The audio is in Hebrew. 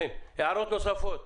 כן, הערות נוספות?